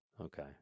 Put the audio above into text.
Okay